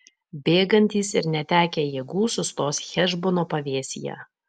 bėgantys ir netekę jėgų sustos hešbono pavėsyje